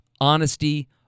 honesty